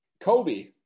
Kobe